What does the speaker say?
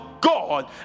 God